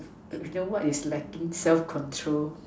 you know what is lacking self control